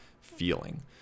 feeling